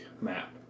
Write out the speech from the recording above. map